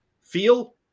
feel